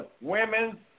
Women